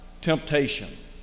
temptation